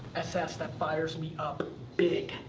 ss that fires me up big,